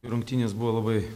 rungtynės buvo labai